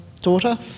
daughter